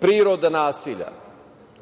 priroda nasilja